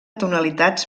tonalitats